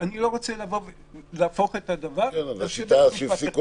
אני לא רוצה להפוך את הדבר --- השיטה שהפסיקו